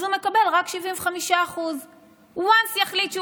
אז הוא מקבל רק 75%. Once יחליט שהוא